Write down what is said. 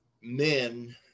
men